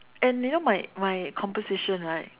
and you know my my composition right